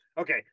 okay